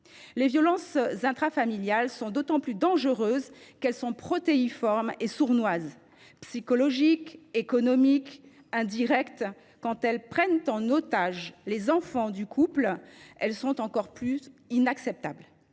Les violences intrafamiliales sont d’autant plus dangereuses qu’elles sont protéiformes et sournoises : psychologiques, économiques, indirectes… Quand elles prennent en otage les enfants du couple, elles sont encore plus inacceptables.